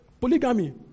polygamy